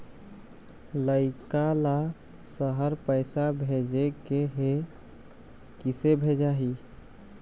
लइका ला शहर पैसा भेजें के हे, किसे भेजाही